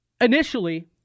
Initially